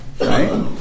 right